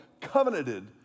covenanted